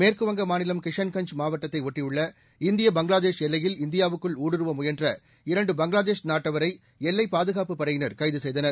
மேற்குவங்க மாநிலம் கிஷன்கஞ்ச் மாவட்டத்தை ஒட்டியுள்ள இந்திய பங்களாதேஷ் எல்லையில் இந்தியாவுக்குள் ஊடுருவ முயன்ற இரண்டு பங்களாதேஷ் நாட்டவரை எல்லை பாதுகாப்புப் படையினர் கைது செய்தனர்